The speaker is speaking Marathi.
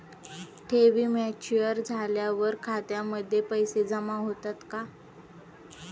ठेवी मॅच्युअर झाल्यावर खात्यामध्ये पैसे जमा होतात का?